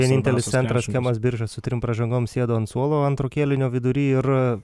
vienintelis centras kemas birčas su trim pražangom sėdo ant suolo antro kėlinio vidury ir